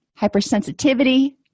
hypersensitivity